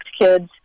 kids